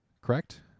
Correct